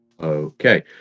Okay